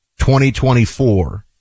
2024